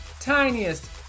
tiniest